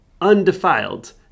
undefiled